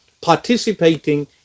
participating